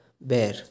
bear